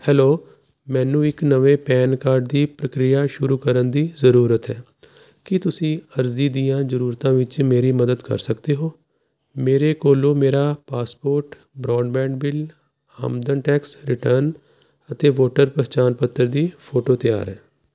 hello ਮੈਨੂੰ ਇੱਕ ਨਵੇਂ ਪੈਨ ਕਾਰਡ ਦੀ ਪ੍ਰਕਿਰਿਆ ਸ਼ੁਰੂ ਕਰਨ ਦੀ ਜ਼ਰੂਰਤ ਹੈ ਕੀ ਤੁਸੀਂ ਅਰਜ਼ੀ ਦੀਆਂ ਜ਼ਰੂਰਤਾਂ ਵਿੱਚ ਮੇਰੀ ਮਦਦ ਕਰ ਸਕਦੇ ਹੋ ਮੇਰੇ ਕੋਲ ਮੇਰਾ ਪਾਸਪੋਰਟ ਬ੍ਰੌਡਬੈਂਡ ਬਿੱਲ ਆਮਦਨ ਟੈਕਸ ਰਿਟਰਨ ਅਤੇ ਵੋਟਰ ਪਛਾਣ ਪੱਤਰ ਦੀ ਫੋਟੋ ਤਿਆਰ ਹੈ